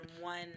one